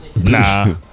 Nah